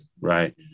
right